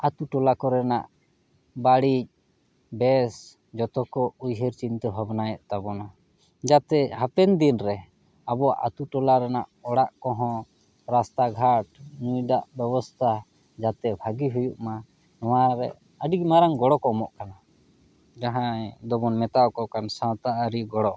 ᱟᱛᱳ ᱴᱚᱞᱟ ᱠᱚᱨᱮᱱᱟᱜ ᱵᱟᱹᱲᱤᱡ ᱵᱮᱥ ᱡᱚᱛᱚ ᱠᱚ ᱩᱭᱦᱟᱹᱨ ᱪᱤᱱᱛᱟᱹ ᱵᱷᱟᱵᱽᱱᱟᱭᱮᱫ ᱛᱟᱵᱚᱱᱟ ᱡᱟᱛᱮ ᱦᱟᱯᱮᱱ ᱫᱤᱱᱨᱮ ᱟᱵᱚᱣᱟᱜ ᱟᱛᱳ ᱴᱚᱞᱟ ᱨᱮᱱᱟᱜ ᱚᱲᱟᱜ ᱠᱚᱦᱚᱸ ᱨᱟᱥᱛᱟ ᱜᱷᱟᱴ ᱧᱩᱭ ᱫᱟᱜ ᱵᱮᱵᱚᱥᱛᱟ ᱡᱟᱛᱮ ᱵᱷᱟᱹᱜᱤ ᱦᱩᱭᱩᱜ ᱢᱟ ᱱᱚᱣᱟ ᱨᱮ ᱟᱹᱰᱤ ᱢᱟᱨᱟᱝ ᱜᱚᱲᱚ ᱠᱚ ᱮᱢᱚᱜ ᱠᱟᱱᱟ ᱡᱟᱦᱟᱸᱭ ᱫᱚᱵᱚᱱ ᱢᱮᱛᱟᱣᱟᱠᱚ ᱠᱟᱱ ᱥᱟᱶᱛᱟ ᱟᱹᱨᱤ ᱜᱚᱲᱚ